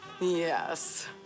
Yes